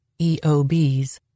EOBs